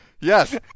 Yes